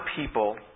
people